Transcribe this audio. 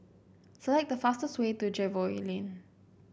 select the fastest way to Jervois Lane